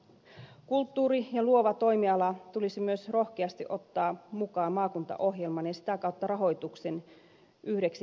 kulttuuri ja luova toimiala tulisi myös rohkeasti ottaa mukaan maakuntaohjelmaan ja sitä kautta rahoituksen yhdeksi painopisteeksi